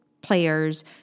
players